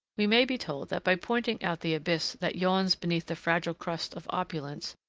we may be told that by pointing out the abyss that yawns beneath the fragile crust of opulence,